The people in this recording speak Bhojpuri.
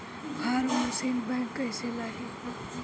फार्म मशीन बैक कईसे लागी?